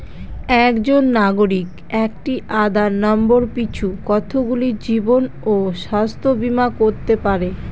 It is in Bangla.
একজন নাগরিক একটি আধার নম্বর পিছু কতগুলি জীবন ও স্বাস্থ্য বীমা করতে পারে?